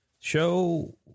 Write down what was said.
show